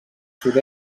sud